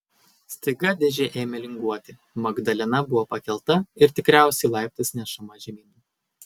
staiga dėžė ėmė linguoti magdalena buvo pakelta ir tikriausiai laiptais nešama žemyn